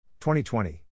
2020